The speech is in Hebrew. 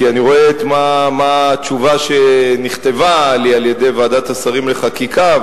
כי אני רואה מה התשובה שנכתבה לי על-ידי ועדת השרים לחקיקה,